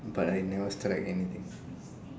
but I never strike anything